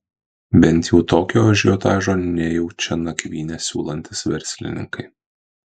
bent jau tokio ažiotažo nejaučia nakvynę siūlantys verslininkai